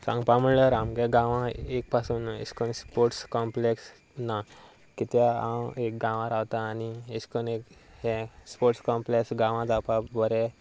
सांगपा म्हणल्यार आमच्या गांवां एक पसून अशे करून स्पोर्ट्स कॉम्प्लेक्स ना कित्याक हांव एक गांवां रावता आनी अशें करून एक हें स्पोट्स कॉम्प्लेक्स गांवां जावपाक बरें